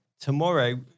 tomorrow